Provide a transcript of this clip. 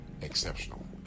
exceptional